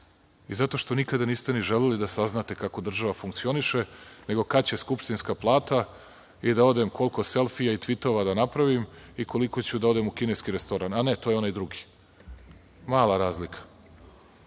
i zato što nikada niste ni želeli da saznate kako država funkcioniše, nego kada će skupštinska plata i da odem, koliko selfija i tvitova da napravim i koliko ću da odem u kineski restoran, a ne, to je onaj drugi. Mala razlika.